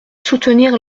soutenir